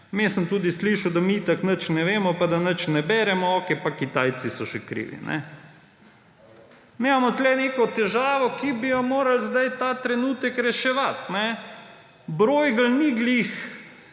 Vmes sem tudi slišal, da mi itak nič ne vemo pa da nič ne beremo, okej, pa Kitajci so še krivi. Mi imamo tukaj neko težavo, ki bi jo morali zdaj ta trenutek reševati. Bruegel